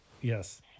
Yes